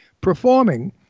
performing